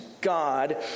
God